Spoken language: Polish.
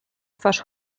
twarz